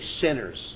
sinners